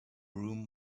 room